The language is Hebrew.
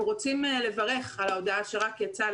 אנחנו רוצים לברך על ההודעה שיצאה רק הבוקר,